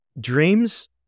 dreams